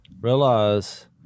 realize